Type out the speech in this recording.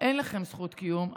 ואין לכם זכות קיום,